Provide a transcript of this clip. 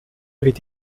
avait